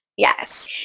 Yes